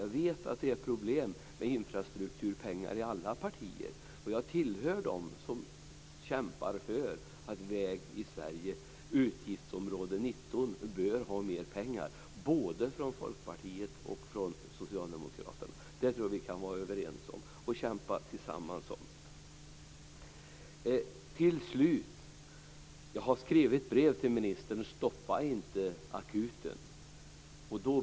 Jag vet att det är problem med infrastrukturpengar i alla partier. Jag hör till dem som kämpar för att det bör anslås mer pengar till vägar i Sverige - utgiftsområde 19 - både från Folkpartiet och från Socialdemokraterna. Det tror jag att vi kan vara överens om och tillsammans kämpa för. Till sist: Jag har skrivit ett brev till ministern om att man inte skall stoppa akuten.